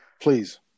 Please